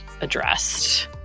addressed